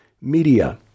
media